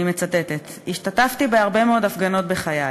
אני מצטטת: "השתתפתי בהרבה מאוד הפגנות בחיי,